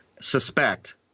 suspect